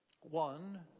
One